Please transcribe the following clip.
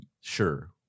Sure